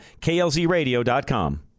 klzradio.com